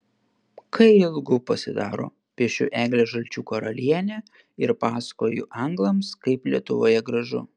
kai ilgu pasidaro piešiu eglę žalčių karalienę ir pasakoju anglams kaip lietuvoje gražu